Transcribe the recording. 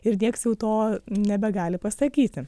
ir nieks jau to nebegali pasakyti